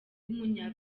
w’umunya